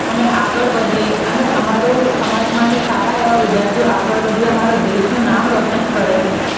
અને આગળ વધે અને અમારો સમાજમાંથી સારા એવા વિધાર્થીઓ આગળ વધી અમારો દેશનો નામ રોશન કરે